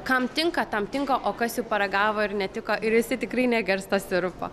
kam tinka tam tinka o kas jau paragavo ir netiko ir jisai tikrai negers to sirupo